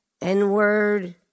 n-word